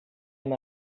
hem